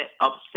upset